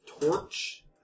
Torch